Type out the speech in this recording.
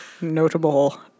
notable